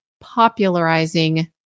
popularizing